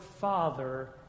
father